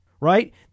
right